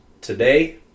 today